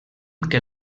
que